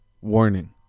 Warning